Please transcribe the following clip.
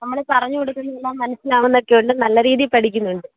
നമ്മൾ പറഞ്ഞു കൊടുക്കുന്നതെല്ലാം മനസ്സിലാവുന്നൊക്കെയുണ്ട് നല്ല രീതിയിൽ പഠിക്കുന്നുണ്ട്